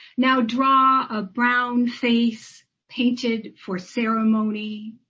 now draw a brown face painted for ceremony,